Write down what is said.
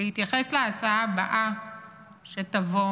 אני רוצה להתייחס להצעה הבאה שתבוא,